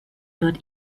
dort